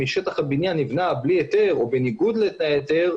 משטח הבניין נבנה בלי היתר או בניגוד לתנאי ההיתר,